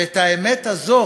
ואת האמת הזאת